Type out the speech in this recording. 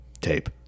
tape